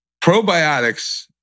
probiotics